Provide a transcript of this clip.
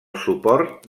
suport